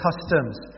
customs